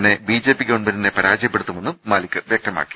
തന്നെ B J P ഗവൺമെന്റിനെ പരാജയപ്പെടുത്തുമെന്നും മാലിക് വൃക്തമാക്കി